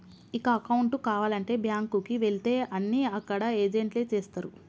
ఇక అకౌంటు కావాలంటే బ్యాంకుకి వెళితే అన్నీ అక్కడ ఏజెంట్లే చేస్తరు